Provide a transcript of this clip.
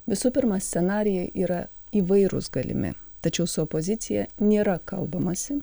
visų pirma scenarijai yra įvairūs galimi tačiau su opozicija nėra kalbamasi